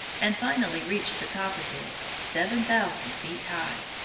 and finally reached the top of it, seven thousand feet high.